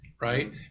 right